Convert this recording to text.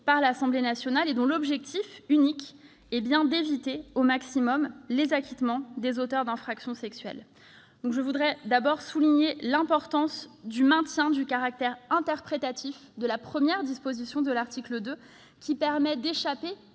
par l'Assemblée nationale, et dont l'objectif unique est bien d'éviter au maximum les acquittements des auteurs d'infractions sexuelles. À cet égard, je voudrais d'abord souligner l'importance du maintien du caractère interprétatif de la première disposition de l'article 2, qui permet d'échapper